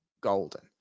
golden